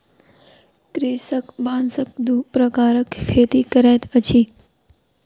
कृषक बांसक दू प्रकारक खेती करैत अछि